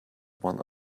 one